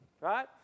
Right